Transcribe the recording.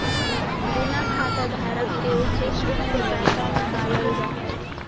बिना खाताधारक के चेकबुक से पैसा निकालल जा हइ